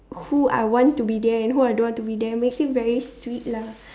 who I want to be there and who I don't want to be there it makes him very sweet lah